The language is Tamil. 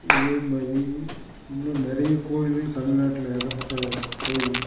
இதேமாதிரி இன்னும் நிறைய கோயில்கள் தமிழ்நாட்டில் ஏகப்பட்ட கோயில்